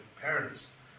parents